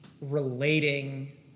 relating